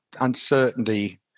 uncertainty